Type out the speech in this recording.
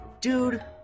Dude